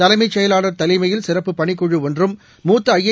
தலைமைச் செயலாளர் தலைமையில் சிறப்பு பணி குழு ஒன்றும் மூத்தஐஏ